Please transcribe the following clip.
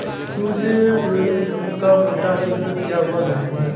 सूजी ड्यूरम गेहूं का मोटा, शुद्ध किया हुआ गेहूं है